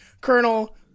Colonel